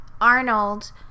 Arnold